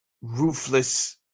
ruthless